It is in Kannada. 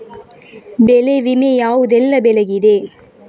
ಬೆಳೆ ವಿಮೆ ಯಾವುದೆಲ್ಲ ಬೆಳೆಗಿದೆ?